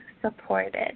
supported